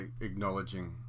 acknowledging